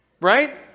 right